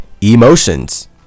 emotions